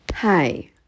Hi